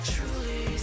Truly